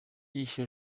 一些